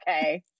okay